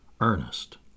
Ernest